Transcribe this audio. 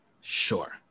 sure